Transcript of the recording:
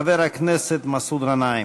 חבר הכנסת מסעוד גנאים.